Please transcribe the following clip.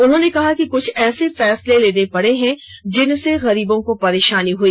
उन्होंने कहा कि क्छ ऐसे फैसले लेने पड़े हैं जिनसे गरीबों को परेषानी हुई